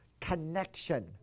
connection